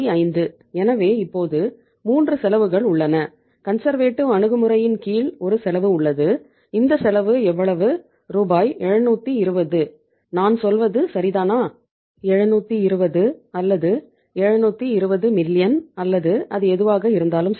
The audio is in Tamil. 636 மில்லியன் அல்லது அது எதுவாக இருந்தாலும் சரி